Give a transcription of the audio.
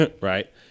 right